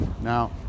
Now